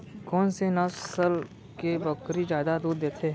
कोन से नस्ल के बकरी जादा दूध देथे